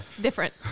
different